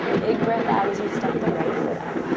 big breath out as you step the right foot up.